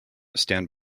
stand